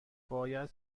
باید